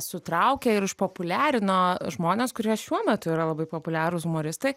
sutraukė ir išpopuliarino žmones kurie šiuo metu yra labai populiarūs humoristai